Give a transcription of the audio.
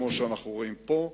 כמו שאנחנו רואים פה,